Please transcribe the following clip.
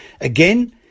Again